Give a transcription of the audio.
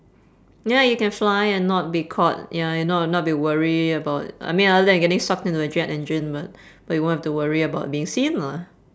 ya you can fly and not be caught ya you not not be worried about I mean other than getting sucked in a jet engine but but you won't have to worry about being seen lah